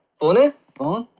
boom boom.